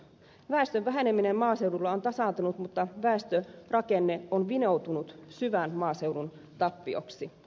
väestön väheneminen maaseudulla on tasaantunut mutta väestörakenne on vinoutunut syvän maaseudun tappioksi